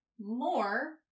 more